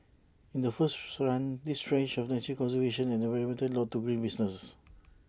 in the first run these ranged from nature conservation and environmental law to green businesses